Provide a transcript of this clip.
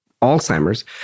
Alzheimer's